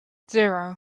zero